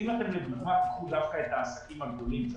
אם לדוגמה תיקחו דווקא את העסקים הגדולים,